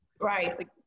Right